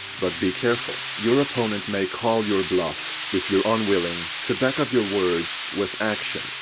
but be careful. your opponent may call your bluff, if you're unwilling to back up your words with action.